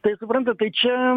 tai suprantat tai čia